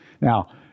now